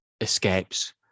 escapes